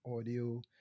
audio